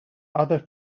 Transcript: other